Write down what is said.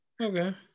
Okay